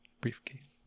briefcase